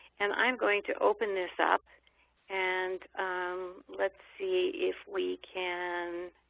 and i'm going to open this up and let's see if we can